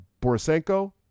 Borisenko